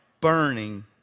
burning